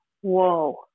Whoa